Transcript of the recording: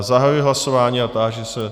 Zahajuji hlasování a táži se.